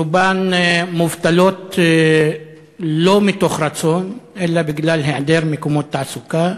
רובן מובטלות לא מתוך רצון אלא בגלל היעדר מקומות תעסוקה,